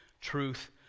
Truth